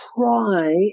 try